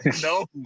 no